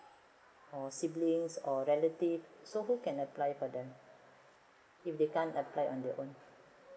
or siblings or relative so who can apply for them if they can't apply on their own